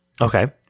Okay